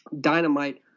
dynamite